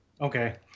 Okay